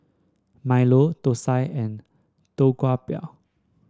milo thosai and Tau Kwa Pau